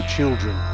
Children